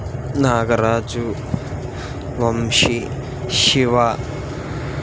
Nagaraju Vamshi Shiva